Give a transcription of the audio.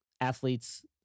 athletes